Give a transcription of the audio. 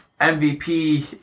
MVP